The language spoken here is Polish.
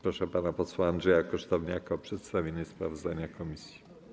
Proszę pana posła Andrzeja Kosztowniaka o przedstawienie sprawozdania komisji.